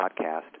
podcast